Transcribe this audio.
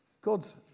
God's